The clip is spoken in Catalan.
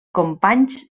companys